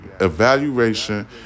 evaluation